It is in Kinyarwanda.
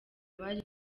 abari